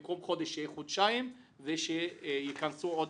במקום חודש שיהיה חודשיים ושיכנסו עוד